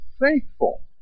faithful